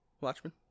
Watchmen